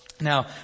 Now